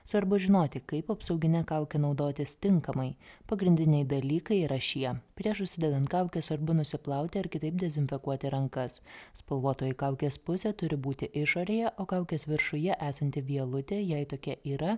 svarbu žinoti kaip apsaugine kauke naudotis tinkamai pagrindiniai dalykai yra šie prieš užsidedant kaukę svarbu nusiplauti ar kitaip dezinfekuoti rankas spalvotoji kaukės pusė turi būti išorėje o kaukės viršuje esanti vielutė jei tokia yra